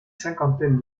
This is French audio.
cinquantaine